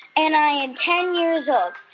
and i am ten years old.